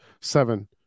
seven